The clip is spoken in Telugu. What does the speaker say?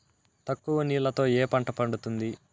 తక్కువ నీళ్లతో ఏ పంట పండుతుంది?